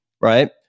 right